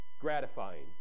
gratifying